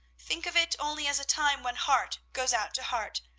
think of it only as a time when heart goes out to heart,